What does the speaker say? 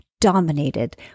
dominated